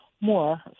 more